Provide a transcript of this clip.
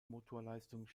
motorleistung